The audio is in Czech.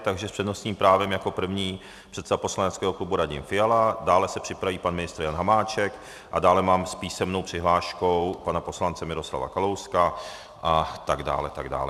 Takže s přednostním právem jako první předseda poslaneckého klubu Radim Fiala, dále se připraví pan ministr Jan Hamáček a dále mám s písemnou přihláškou pana poslance Miroslava Kalouska a tak dále a tak dále.